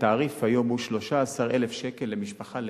התעריף היום הוא 13,000 שקל למשפחה לחודש.